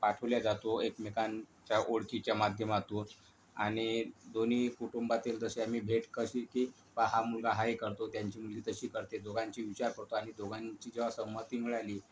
पाठवल्या जातो एकमेकांच्या ओळखीच्या माध्यमातून आणि दोन्ही कुटुंबांतील जशी आम्ही भेट कशी की बा हा मुलगा हाय करतो त्यांची मुलगी तशी करते दोघांची विचार करतो आणि दोघांची जेव्हा संमती मिळाली